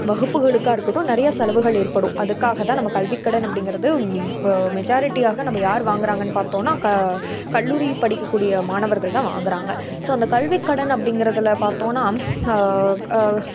வகுப்புகளுக்காக இருக்கட்டும் நிறைய செலவுகள் ஏற்படும் அதுக்காக தான் நம்ம கல்விக் கடன் அப்படிங்கிறது மெஜாரிட்டியாக நம்ம யார் வாங்கிறாங்கன்னு பார்த்தோன்னா க கல்லூரி படிக்கக்கூடிய மாணவர்கள்தான் வாங்குறாங்க ஸோ அந்த கல்விக் கடன் அப்படிங்கிறதுல பார்த்தோன்னா